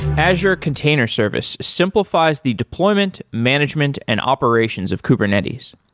azure container service simplifies the deployment, management and operations of kubernetes.